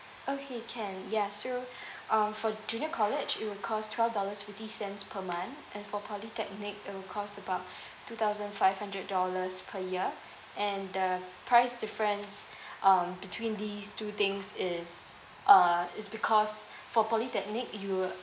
okay can ya so um for junior college it would twelve dollars fifty cents per month and for polytechnic will cost about two thousand five hundred dollars per year and the price difference um between these two things is uh is because for polytechnic you will